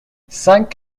cinq